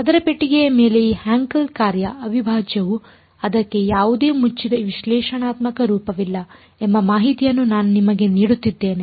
ಚದರ ಪೆಟ್ಟಿಗೆಯ ಮೇಲೆ ಈ ಹ್ಯಾಂಕೆಲ್ ಕಾರ್ಯ ಅವಿಭಾಜ್ಯವು ಅದಕ್ಕೆ ಯಾವುದೇ ಮುಚ್ಚಿದ ವಿಶ್ಲೇಷಣಾತ್ಮಕ ರೂಪವಿಲ್ಲ ಎಂಬ ಮಾಹಿತಿಯನ್ನು ನಾನು ನಿಮಗೆ ನೀಡುತ್ತಿದ್ದೇನೆ